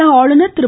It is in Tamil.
தமிழக ஆளுநர் திரு